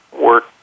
work